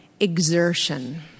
exertion